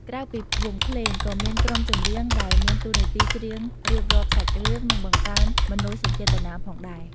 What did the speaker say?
ក្រៅពីវង់ភ្លេង ក៏មាន ក្រុមចម្រៀង ដែលមានតួនាទីច្រៀងរៀបរាប់សាច់រឿង និងបង្កើនមនោសញ្ចេតនាផងដែរ។